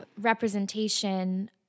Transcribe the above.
representation